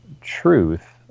truth